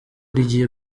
rigiye